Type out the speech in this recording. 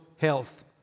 Health